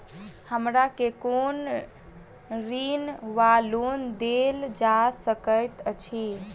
हमरा केँ कुन ऋण वा लोन देल जा सकैत अछि?